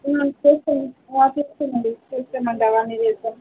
చేస్త చేస్తామండి చేస్తామండి అవన్నీ చేస్తాము